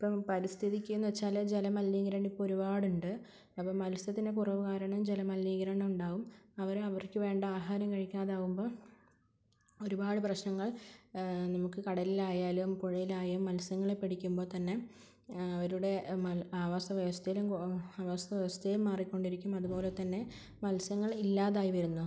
അപ്പം പരിസ്ഥിതിക്കെന്ന് വെച്ചാല് ജലമലിനീകരണം ഇപ്പോള് ഒരുപാടുണ്ട് അപ്പോള് മത്സ്യത്തിന്റെ കുറവ് കാരണം ജലമലിനീകരണമുണ്ടാകും അവ അവയ്ക്ക് വേണ്ട ആഹാരം കഴിക്കാതാവുമ്പോൾ ഒരുപാട് പ്രശ്നങ്ങൾ നമുക്ക് കടലിലായാലും പുഴയിലായാലും മത്സ്യങ്ങളെ പിടിക്കുമ്പോള് തന്നെ അവരുടെ ആവാസവ്യവസ്ഥയിലും ആവാസവ്യവസ്ഥയും മാറിക്കൊണ്ടിരിക്കും അതുപോലെതന്നെ മത്സ്യങ്ങൾ ഇല്ലാതായി വരുന്നു